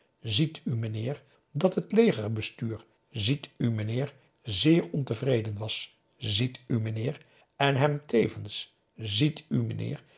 ziet u meneer dat het legerbestuur ziet u meneer zeer ontevreden was ziet u meneer en hem tevens ziet u meneer